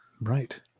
Right